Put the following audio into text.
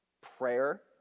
Prayer